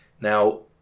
Now